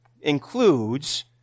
includes